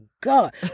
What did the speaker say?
god